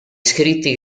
scritti